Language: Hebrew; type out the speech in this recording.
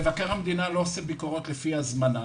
מבקר המדינה לא עושה ביקורות לפי הזמנה.